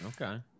okay